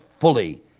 fully